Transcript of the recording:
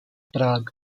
prag